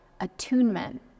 attunement